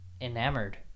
enamored